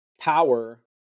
power